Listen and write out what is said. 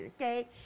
okay